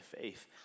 faith